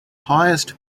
highest